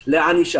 ענשיה.